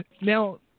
Now